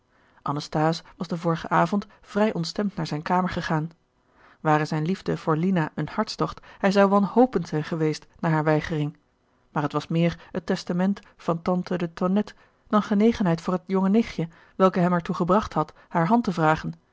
anasthase was den vorigen avond vrij ontstemd naar zijne kamer gegaan ware zijne liefde voor lina een hartstocht hij zou wanhopend zijn geweest na hare weigering maar het was meer het testament van tante de tonnette dan genegenheid voor het jonge nichtje welke hem er toe gerard keller het testament van mevrouw de tonnette gebracht had hare hand te vragen